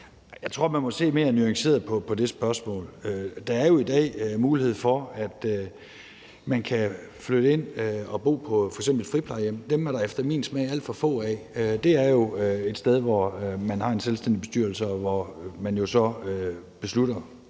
Jeg tror, man må se mere nuanceret på det spørgsmål. Der er jo i dag mulighed for, at man kan flytte ind og bo på f.eks. et friplejehjem. Dem er der efter min smag alt for få af. Det er jo et sted, hvor man har en selvstændig bestyrelse, og hvor man jo så beslutter